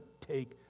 take